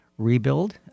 rebuild